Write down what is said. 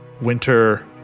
winter